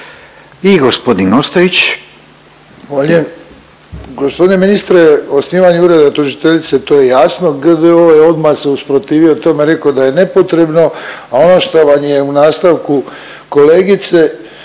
I gospodin Ostojić.